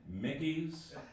Mickey's